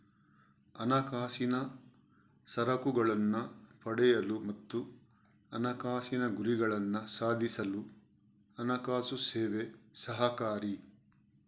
ಹಣಕಾಸಿನ ಸರಕುಗಳನ್ನ ಪಡೆಯಲು ಮತ್ತು ಹಣಕಾಸಿನ ಗುರಿಗಳನ್ನ ಸಾಧಿಸಲು ಹಣಕಾಸು ಸೇವೆ ಸಹಕಾರಿ